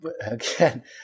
Again